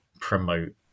promote